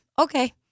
okay